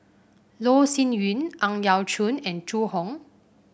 Loh Sin Yun Ang Yau Choon and Zhu Hong